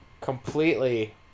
completely